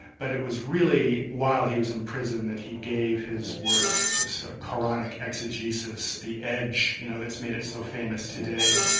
but it was really while he was in prison that he gave his work this qur'anic exegesis, the edge you know that's made it so famous today.